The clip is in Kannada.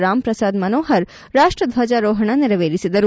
ರಾಮ್ ಪ್ರಸಾದ್ ಮನೋಪರ್ ರಾಷ್ಟ ದ್ವಜಾರೋಪಣ ನೆರವೇರಿಸಿದರು